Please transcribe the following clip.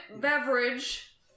beverage